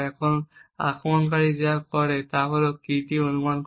এখন আক্রমণকারী যা করে তা হল সে কীটি অনুমান করে